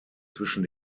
zwischen